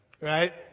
right